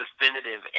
definitive